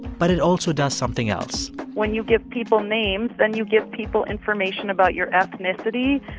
but it also does something else when you give people names, then you give people information about your ethnicity,